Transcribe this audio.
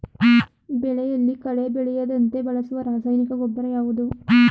ಬೆಳೆಯಲ್ಲಿ ಕಳೆ ಬೆಳೆಯದಂತೆ ಬಳಸುವ ರಾಸಾಯನಿಕ ಗೊಬ್ಬರ ಯಾವುದು?